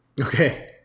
Okay